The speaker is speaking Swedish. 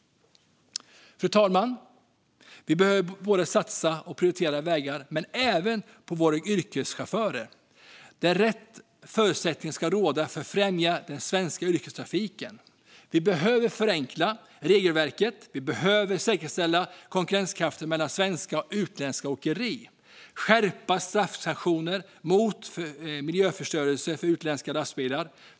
Fru talman! Vi behöver satsa på vägarna och prioritera dem, men vi behöver även satsa på våra yrkeschaufförer. Rätt förutsättningar ska råda för att främja den svenska yrkestrafiken. Vi behöver förenkla regelverket, säkerställa konkurrenskraften för svenska åkerier gentemot utländska åkerier och skärpa straffsanktionerna mot miljöförstörelse från utländska lastbilar.